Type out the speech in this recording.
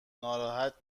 ناراحت